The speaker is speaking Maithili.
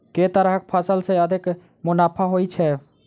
केँ तरहक फसल सऽ अधिक मुनाफा होइ छै?